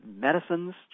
medicines